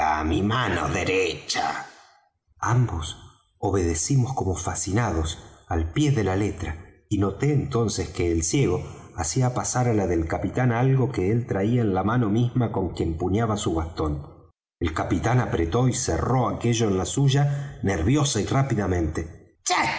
mi mano derecha ambos obedecimos como fascinados al pie de la letra y noté entonces que el ciego hacía pasar á la del capitán algo que él traía en la mano misma con que empuñaba su bastón el capitán apretó y cerró aquello en la suya nerviosa y rápidamente